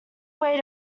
way